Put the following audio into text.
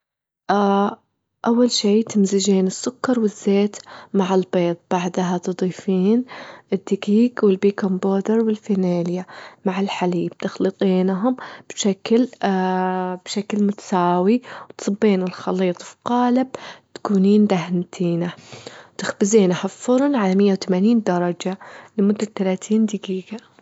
أول شي تمزجين السكر والزيت مع البيض، بعدهاتضيفين الدجيج والبيكنج بودر والفانيليا مع الحليب، تخلطينهم بشكل- بشكل متساوي، تصبين الخليط في قالب وتكونين دهنتينه، تخبزينه في فرن على مية وتمانين درجة لمدة تلاتين دجيجة.